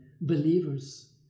believers